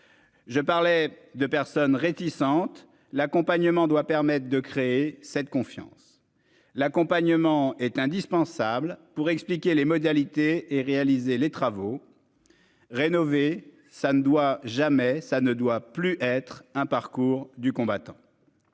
Je parlais de personnes réticentes l'accompagnement doit permettre de créer cette confiance. L'accompagnement est indispensable pour expliquer les modalités et réaliser les travaux. Rénové. Ça ne doit jamais ça ne doit plus être un parcours du combattant.